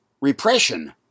repression